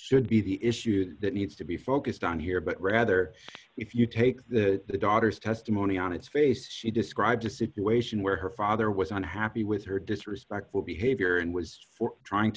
should be the issue that needs to be focused on here but rather if you take the daughter's testimony on its face she describes a situation where her father was unhappy with her disrespectful behavior and was trying to